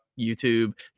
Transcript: youtube